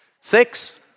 Six